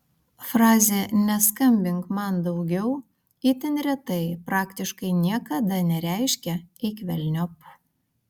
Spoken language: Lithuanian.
frazė neskambink man daugiau itin retai praktiškai niekada nereiškia eik velniop